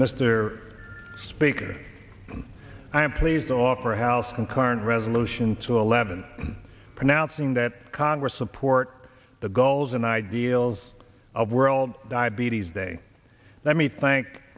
mr speaker i am pleased to offer how some current resolution to eleven pronouncing that congress support the goals and ideals of world diabetes day let me thank